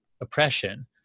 oppression